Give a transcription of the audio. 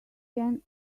can